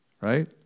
right